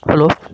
hello